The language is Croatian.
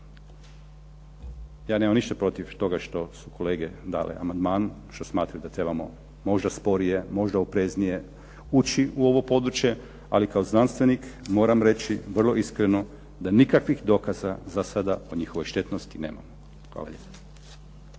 Ja nemam ništa protiv toga što su kolege dale amandman, što smatraju da trebamo možda sporije, možda opreznije ući u ovo područje. Ali kao znanstvenik moram reći vrlo iskreno da nikakvih dokaza, za sada, o njihovoj štetnosti nemamo. Hvala lijepo.